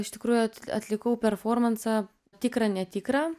iš tikrųjų atlikau performansą tikra netikra